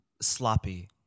Sloppy